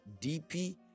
DP